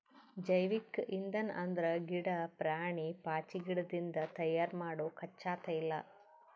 ಜೈವಿಕ್ ಇಂಧನ್ ಅಂದ್ರ ಗಿಡಾ, ಪ್ರಾಣಿ, ಪಾಚಿಗಿಡದಿಂದ್ ತಯಾರ್ ಮಾಡೊ ಕಚ್ಚಾ ತೈಲ